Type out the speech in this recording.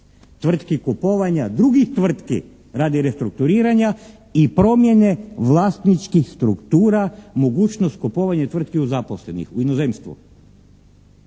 tvrtki, kupovanja drugih tvrtki radi restrukturiranja i promjene vlasničkih struktura, mogućnost kupovanja tvrtki zaposlenih u inozemstvu."